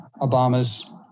Obama's